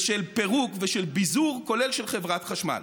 של פירוק ושל ביזור, כולל של חברת חשמל?